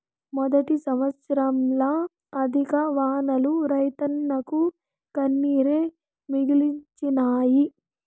మొదటి సంవత్సరంల అధిక వానలు రైతన్నకు కన్నీరే మిగిల్చినాయి